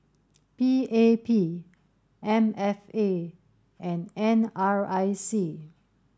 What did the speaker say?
P A P M F A and N R I C